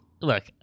look